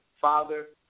father